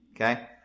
Okay